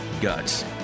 Guts